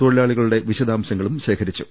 തൊഴിലാളികളുടെ വിശദാംശങ്ങളും ശേഖരിച്ചു